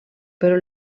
però